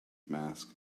mask